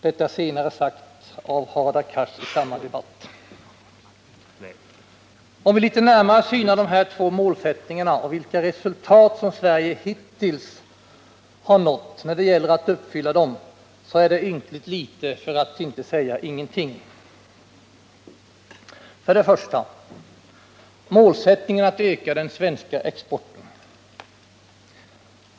Detta senare sades av Hadar Cars i samma debatt. Om vi litet närmare synar de här två målsättningarna och vilka resultat som Sverige hittills har nått när det gäller att uppfylla dem så finner vi att det är ynkligt litet, för att inte säga ingenting! Den första målsättningen är alltså att öka den svenska exporten.